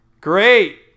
Great